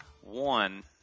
One